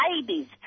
babies